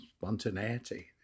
spontaneity